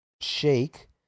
shake